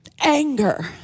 anger